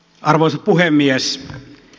arvoisa puhemies